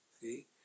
See